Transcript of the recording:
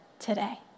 today